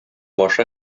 башы